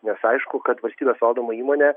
nes aišku kad valstybės valdoma įmonė